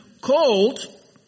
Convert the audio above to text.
cold